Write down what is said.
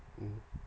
mm